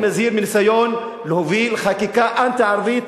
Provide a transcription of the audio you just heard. אני מזהיר מניסיון להוביל חקיקה אנטי-ערבית,